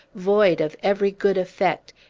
void of every good effect,